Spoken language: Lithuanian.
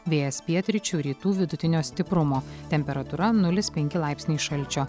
vėjas pietryčių rytų vidutinio stiprumo temperatūra nulis penki laipsniai šalčio